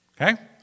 Okay